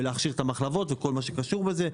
מכשירים את המחלבות וכל היוצא בזה.